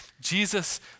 Jesus